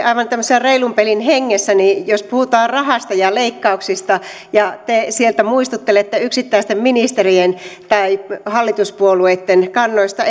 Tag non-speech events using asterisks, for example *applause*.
*unintelligible* aivan tämmöisen reilun pelin hengessä että jos puhutaan rahasta ja leikkauksista ja te sieltä muistuttelette yksittäisten ministerien tai hallituspuolueitten kannoista *unintelligible*